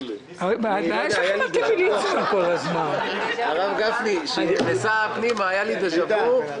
הוועדה תבחר יושב-ראש מבין חבריה,